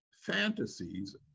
fantasies